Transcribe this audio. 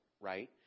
right